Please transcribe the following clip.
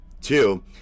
Two